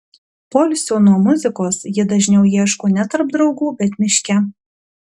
poilsio nuo muzikos ji dažniau ieško ne tarp draugų bet miške